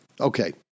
Okay